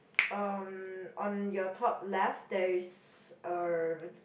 um on your top left there is a